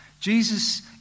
Jesus